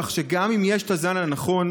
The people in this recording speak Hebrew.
כך שגם אם יש את הזן הנכון,